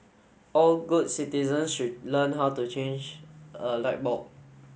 all good citizens should learn how to change a light bulb